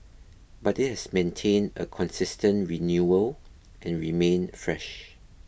but it has maintained a consistent renewal and remained fresh